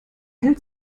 hält